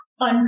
on